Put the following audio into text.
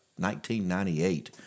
1998